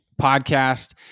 podcast